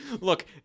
Look